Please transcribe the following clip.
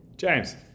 James